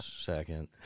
second